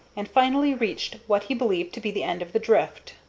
and finally reached what he believed to be the end of the drift.